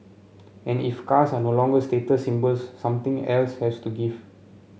and if cars are no longer status symbols something else has to give